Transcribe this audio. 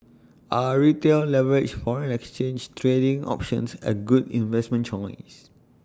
are retail leveraged foreign exchange trading options A good investment choice